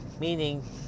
Meaning